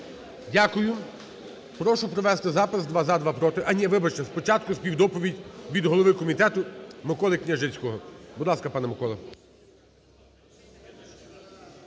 Дякую. Прошу провести запис: два – за, два – проти. А, ні, вибачте. Спочатку співдоповідь від голови комітету Миколи Княжицького. Будь ласка, пане Миколо.